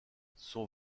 son